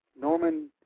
Norman